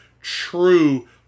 true